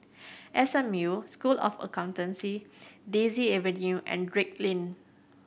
S M U School of Accountancy Daisy Avenue and Drake Lane